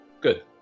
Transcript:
good